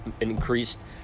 increased